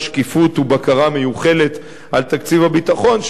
שקיפות ובקרה מיוחלת על תקציב הביטחון,